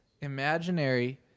Imaginary